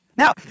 Now